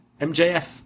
MJF